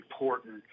important